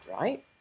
right